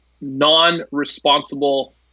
non-responsible